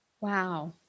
Wow